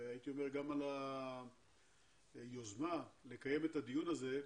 על היוזמה לקיים את הדיון הזה.